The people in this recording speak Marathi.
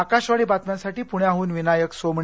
आकाशवाणी बातम्यांसाठी पुण्याहून विनायक सोमणी